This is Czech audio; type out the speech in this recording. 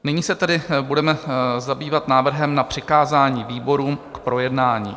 Nyní se tedy budeme zabývat návrhem na přikázání výborům k projednání.